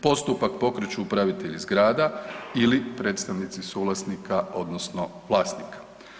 Postupak pokreću upravitelji zgrada ili predstavnici suvlasnika odnosno vlasnika.